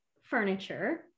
furniture